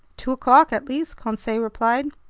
two o'clock at least, conseil replied.